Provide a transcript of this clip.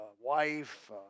wife